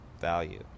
value